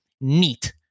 neat